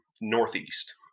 Northeast